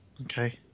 Okay